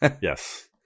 Yes